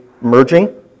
merging